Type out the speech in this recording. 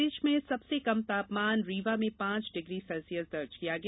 प्रदेश में सबसे कम तापमान रीवा में पांच डिग्री सेल्सियस दर्ज किया गया